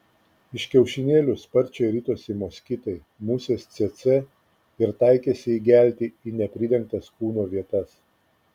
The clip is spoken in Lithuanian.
iš kiaušinėlių sparčiai ritosi moskitai musės cėcė ir taikėsi įgelti į nepridengtas kūno vietas